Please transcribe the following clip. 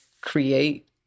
create